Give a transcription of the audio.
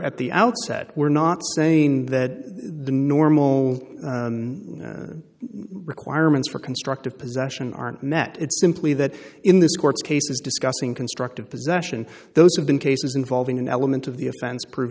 at the outset we're not saying that the normal requirements for constructive possession aren't met it's simply that in this court's cases discussing constructive possession those have been cases involving an element of the offense proved